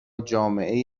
جامعه